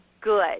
good